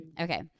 Okay